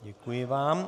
Děkuji vám.